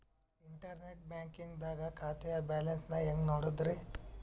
Internet banking ದಾಗ ಖಾತೆಯ balance ನ ಹೆಂಗ್ ನೋಡುದ್ರಿ?